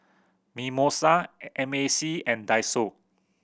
Mimosa M A C and Daiso